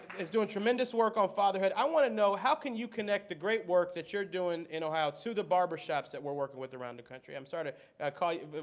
is doing tremendous work on fatherhood. i want to know, how can you connect the great work that you're doing in ohio to the barbershops that we're working with around the country? i'm sorry to call you